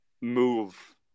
move